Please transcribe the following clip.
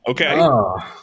Okay